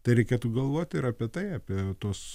tai reikėtų galvoti ir apie tai apie tuos